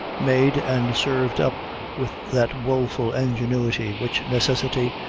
made and served up with that woful ingenuity, which necessity,